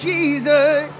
Jesus